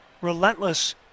relentless